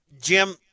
Jim